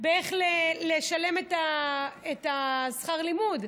באיך לשלם את שכר הלימוד.